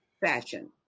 fashion